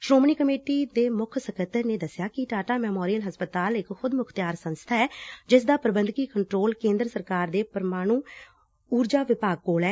Shiromani committee ਦੇ ਮੁੱਖ ਸਕੱਤਰ ਨੇ ਦੱਸਿਆ ਕਿ ਟਾਟਾ ਮੈਮੋਰੀਅਲ ਹਸਪਤਾਲ ਇੱਕ ਖੁਦਮੁਖਤਿਆਰ ਸੰਸਬਾ ਐ ਜਿਸ ਦਾ ਪ੍ਰਬੰਧਕੀ ਕੰਟਰੋਲ ਕੇਂਦਰ ਸਰਕਾਰ ਦੇ ਪ੍ਰਮਾਣੂ ਊਰਜਾ ਵਿਭਾਗ ਕੋਲ ਐ